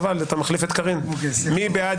מי בעד?